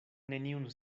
neniun